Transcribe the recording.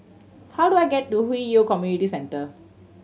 how do I get to Hwi Yoh Community Centre